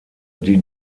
die